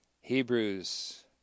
Hebrews